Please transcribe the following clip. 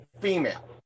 female